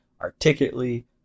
articulately